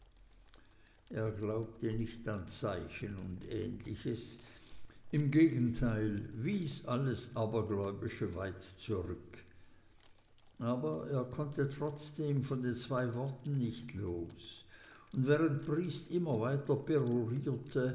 er glaubte nicht an zeichen und ähnliches im gegenteil wies alles abergläubische weit zurück aber er konnte trotzdem von den zwei worten nicht los und während briest immer weiterperorierte